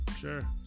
sure